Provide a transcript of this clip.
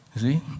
see